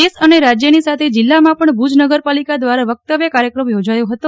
દેશની અને રાજયની સાથે જિલ્લામાં પણ ભુજ નગરપાલિકા દવારા વકતવ્ય કાર્યક્રમ યોજાયો હતો